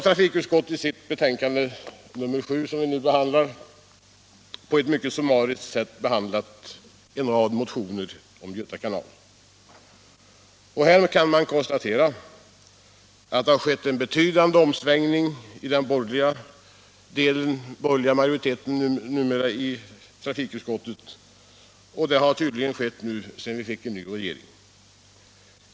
Trafikutskottet har i sitt betänkande nr 7, som vi nu diskuterar, på ett mycket summariskt sätt behandlat en rad motioner angående Göta kanal. Här kan man konstatera att det skett en betydande omsvängning hos den borgerliga majoriteten i utskottet. Den har tydligen skett nu, sedan vi fått en ny regering.